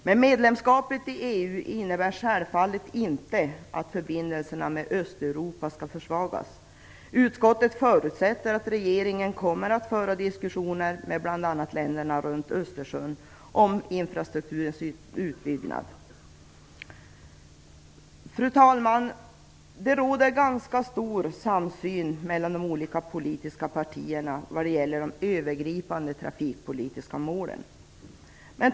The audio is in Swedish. Men medlemskapet i EU innebär självfallet inte att förbindelserna med Östeuropa skall försvagas. Utskottet förutsätter att regeringen kommer att föra diskussioner med bl.a. länderna runt Östersjön om infrastrukturens utbyggnad. Fru talman! Det råder ganska stor samsyn mellan de olika politiska partierna när det gäller de övergripande trafikpolitiska målen.